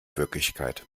wirklichkeit